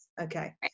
Okay